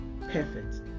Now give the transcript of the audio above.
perfect